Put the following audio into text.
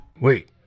wait